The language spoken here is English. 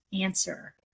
answer